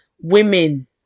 women